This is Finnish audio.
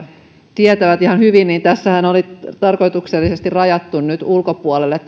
tietävät ihan hyvin tästä lakiesityksestähän oli tarkoituksellisesti rajattu nyt ulkopuolelle